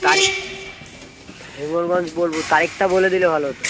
তারিখ ফেব্রুয়ারি মাস বলবো তারিখটা বলে দিলে ভালো হতো